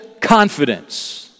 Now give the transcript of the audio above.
confidence